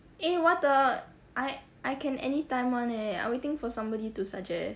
eh what the I I can anytime [one] eh I waiting for somebody to suggest